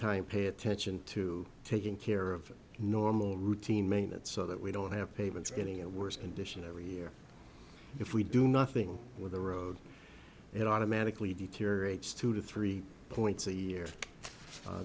time pay attention to taking care of normal routine maintenance so that we don't have pavements getting a worse condition every year if we do nothing with the road it automatically deteriorates two to three points a year